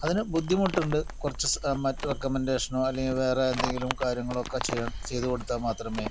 അതിന് ബുദ്ധിമുട്ടുണ്ട് കുറച്ച് മറ്റ് റെക്കമെന്റേഷനോ വേറെ എന്തെങ്കിലും കാര്യങ്ങളൊക്കെ ചെയ്യ് ചെയ്ത് കൊടുത്താൽ മാത്രമേ